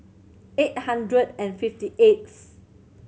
eight hundred and fifty eighth